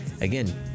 again